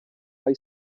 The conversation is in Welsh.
mae